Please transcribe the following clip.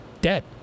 Dead